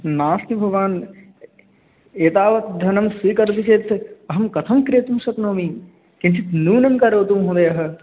नास्ति भवान् एतावत् धनं स्वीकरोति चेत् अहं कथं क्रेतुं शक्नोमि किञ्चित् न्यूनं करोतु महोदय